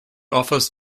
offers